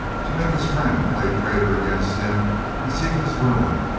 to make his friend play traitor against him and seek his ruin,